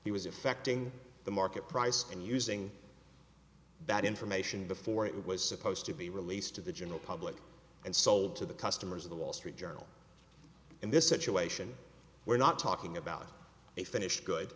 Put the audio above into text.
he was affecting the market price and using that information before it was supposed to be released to the general public and sold to the customers of the wall street journal in this situation we're not talking about a finished good